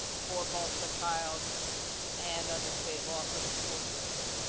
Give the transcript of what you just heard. for both the child and under state law for the school system.